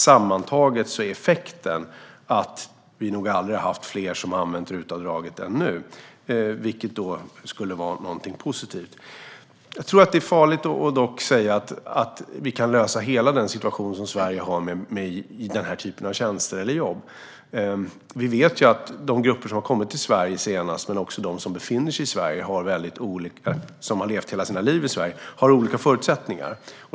Sammantaget är effekten att vi nog aldrig har haft fler som använt RUT-avdraget än nu, vilket då skulle vara något positivt. Jag tror dock att det är farligt att säga att vi kan lösa hela den situation som Sverige har med den här typen av tjänster eller jobb. Vi vet att de som har kommit till Sverige under den senaste tiden och de som har levt hela sina liv i Sverige har olika förutsättningar.